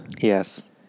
yes